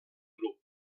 grup